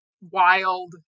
wild